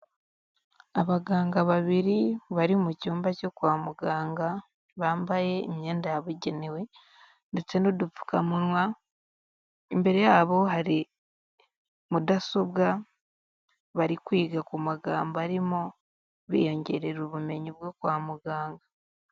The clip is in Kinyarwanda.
Abaganga babiri, bari mu cyumba cyo kwa muganga, bambaye imyenda yabugenewe ndetse n'udupfukamunwa, imbere yabo, hari mudasobwa, bari kwiga ku magambo arimo biyongerera ubumenyi bwo kwa muganga.